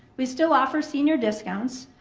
we still offer senior discounts.